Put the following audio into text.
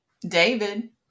David